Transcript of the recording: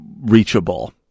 reachable